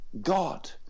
God